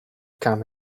come